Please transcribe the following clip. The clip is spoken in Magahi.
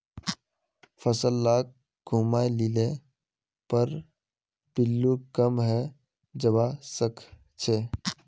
फसल लाक घूमाय लिले पर पिल्लू कम हैं जबा सखछेक